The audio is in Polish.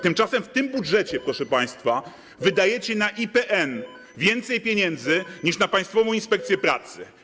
Tymczasem w tym budżecie, proszę państwa, wydajecie na IPN więcej pieniędzy niż na Państwową Inspekcję Pracy.